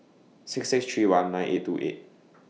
six six three one nine eight two eight